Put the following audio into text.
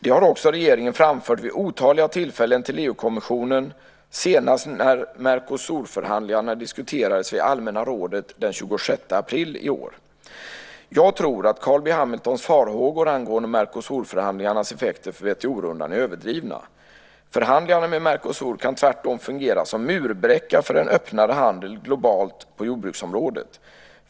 Det har också regeringen framfört vid otaliga tillfällen till EU-kommissionen, senast när Mercosurförhandlingarna diskuterades vid allmänna rådet den 26 april i år. Jag tror att Carl B Hamiltons farhågor angående Mercosurförhandlingarnas effekter för WTO-rundan är överdrivna. Förhandlingarna med Mercosur kan tvärtom fungera som murbräcka för en öppnare handel globalt på jordbruksområdet.